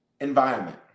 environment